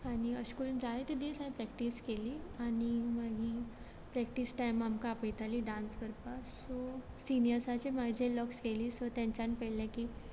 आनी अशें करून जायते दीस हांयें प्रॅक्टीस केली आनी मागीर प्रॅक्टीस टायमा आमकां आपयतालीं डान्स करपा सो सिनियर्साचे म्हाजी लोज केली सो तेंच्यांनी पयलें की